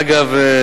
אגב,